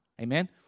Amen